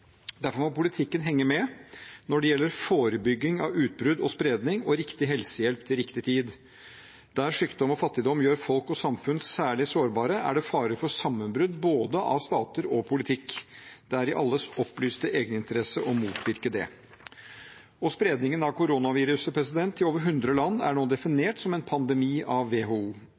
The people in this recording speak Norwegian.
Derfor må politikken henge med når det gjelder forebygging av utbrudd og spredning og riktig helsehjelp til riktig tid. Der sykdom og fattigdom gjør folk og samfunn særlig sårbare, er det fare for sammenbrudd av både stater og politikk. Det er i alles opplyste egeninteresse å motvirke det. Spredningen av koronaviruset til over 100 land er nå definert som en pandemi av WHO.